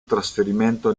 trasferimento